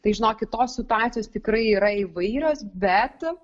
tai žinokit tos situacijos tikrai yra įvairios bet